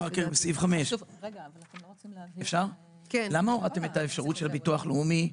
עוד משהו לגבי סעיף 5. למה הורדתם את האפשרות של ביטוח לאומי פה?